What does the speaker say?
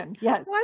Yes